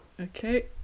Okay